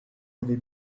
avez